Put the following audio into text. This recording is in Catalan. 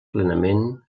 plenament